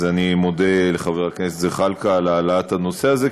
אז אני מודה לחבר הכנסת זחאלקה על העלאת הנושא הזה,